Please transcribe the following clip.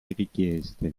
richieste